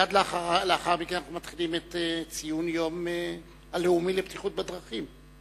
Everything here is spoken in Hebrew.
מייד לאחר מכן אנחנו מתחילים את ציון היום הלאומי לבטיחות בדרכים.